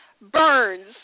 burns